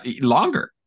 longer